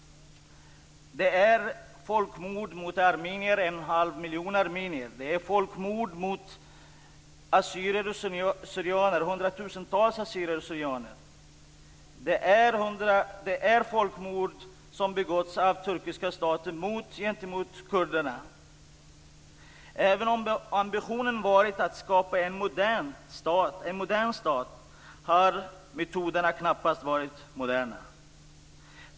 Det är folkmord mot en och en halv miljon armenier. Det är folkmord mot hundratusentals assyrier och syrianer. Det är folkmord som begåtts av turkiska staten mot kurderna. Även om ambitionen varit att skapa en modern stat har metoderna knappast varit moderna.